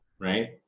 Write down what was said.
right